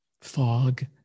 fog